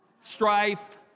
strife